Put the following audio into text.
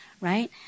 right